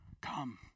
come